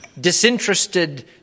disinterested